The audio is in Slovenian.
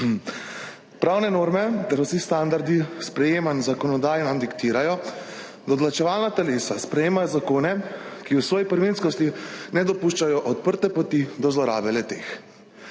Pravne norme ter vsi standardi sprejemanja zakonodaje nam diktirajo, da odločevalna telesa sprejemajo zakone, ki v svoji prvinskosti ne dopuščajo odprte poti do zlorabe le-teh.